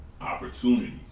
opportunities